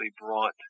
brought